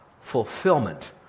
fulfillment